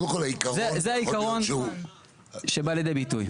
זה העיקרון שבא לידי ביטוי.